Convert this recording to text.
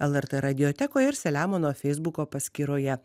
lrt radiotekoj ir selemono feisbuko paskyroje